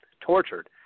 Tortured